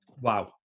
Wow